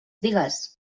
digues